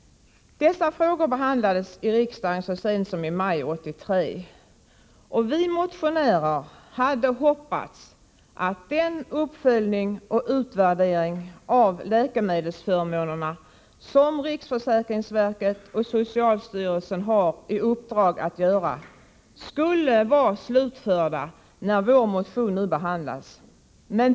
Dessa frågor behandlades i riksdagen så sent som i maj 1983. Vi motionärer hade hoppats att den uppföljning och utvärdering av läkemedelsförmånerna som riksförsäkringsverket och socialstyrelsen har i uppdrag att göra skulle vara slutförda när vår motion nu behandlas.